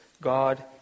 God